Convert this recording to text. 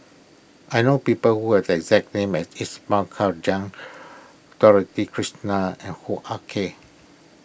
I know people who have the exact name as Ismail Dorothy Krishnan and Hoo Ah Kay